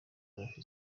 abafite